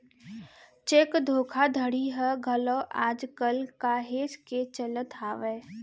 cheque धोखाघड़ी ह घलोक आज कल काहेच के चलत हावय